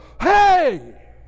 Hey